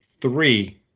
Three